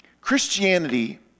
Christianity